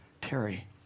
Terry